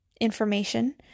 information